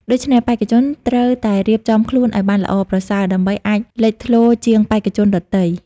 ដូច្នេះ បេក្ខជនត្រូវតែរៀបចំខ្លួនឲ្យបានល្អប្រសើរ ដើម្បីអាចលេចធ្លោជាងបេក្ខជនដទៃ។